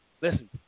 Listen